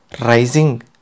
rising